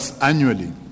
annually